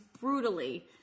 brutally